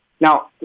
Now